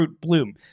bloom